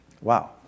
Wow